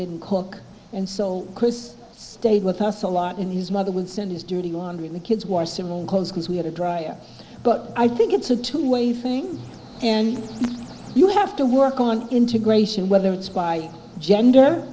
didn't cook and so chris stayed with us a lot in his mother would send his dirty laundry in the kids wore similar clothes because we had a dry but i think it's a two way thing and you have to work on integration whether it's by gender